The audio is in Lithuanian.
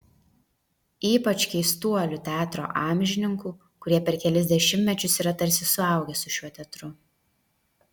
ypač keistuolių teatro amžininkų kurie per kelis dešimtmečius yra tarsi suaugę su šiuo teatru